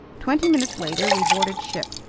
twenty minutes later we boarded ship.